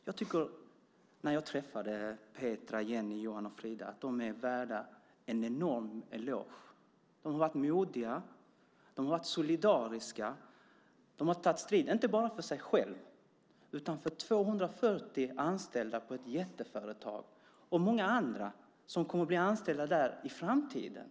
Jag tycker att Petra, Jenny, Johan och Frida är värda en enorm eloge. De har varit modiga. De har varit solidariska. De har tagit strid inte bara för sig själva utan för 240 anställda på ett jätteföretag och för många andra som kommer att bli anställda där i framtiden.